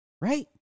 Right